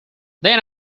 then